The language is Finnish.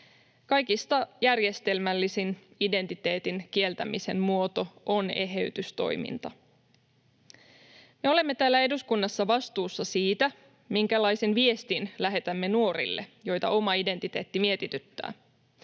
Kaikista järjestelmällisin identiteetin kieltämisen muoto on eheytystoiminta. Me olemme täällä eduskunnassa vastuussa siitä, minkälaisen viestin lähetämme nuorille, joita oma identiteetti mietityttää.